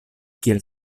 kiel